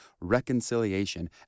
reconciliation